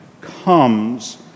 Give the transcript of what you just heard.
comes